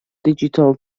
digital